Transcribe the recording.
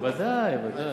ודאי, ודאי.